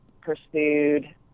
pursued